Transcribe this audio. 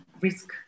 risk